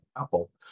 Apple